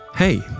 Hey